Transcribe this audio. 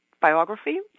biography